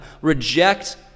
reject